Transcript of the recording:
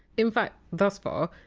in fact, thus far,